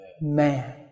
man